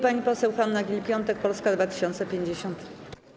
Pani poseł Hanna Gill-Piątek, Polska 2050.